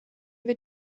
wird